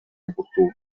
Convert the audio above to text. oportú